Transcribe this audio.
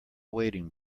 wading